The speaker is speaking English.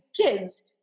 kids